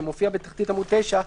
שמופיע בתחתית עמוד 9,